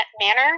manner